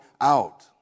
out